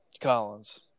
Collins